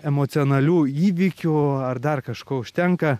emocionalių įvykių ar dar kažko užtenka